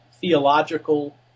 theological